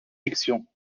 fiction